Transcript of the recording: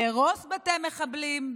להרוס בתי מחבלים.